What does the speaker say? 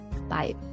Bye